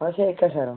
ହଁ ସେ ଏକା ସାର